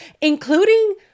including